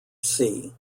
see